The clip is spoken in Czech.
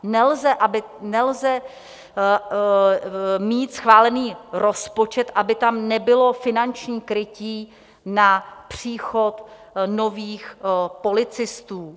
Nelze mít schválený rozpočet, aby tam nebylo finanční krytí na příchod nových policistů.